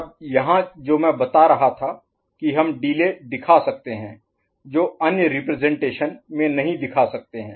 अब यहाँ जो मैं बता रहा था कि हम डिले दिखा सकते हैं जो अन्य रिप्रजेंटेशन में नहीं दिखा सकते हैं